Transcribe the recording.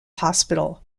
hospital